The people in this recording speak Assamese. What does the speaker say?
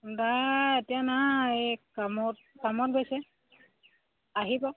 দাই এতিয়া নাই এই কামত কামত গৈছে আহিব